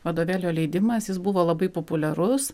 vadovėlio leidimas jis buvo labai populiarus